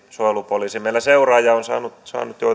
suojelupoliisi meillä seuraa ja on saanut